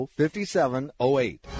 5708